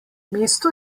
mesto